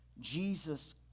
Jesus